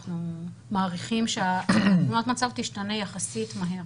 אנחנו מעריכים שתמונת המצב תשתנה יחסית מהר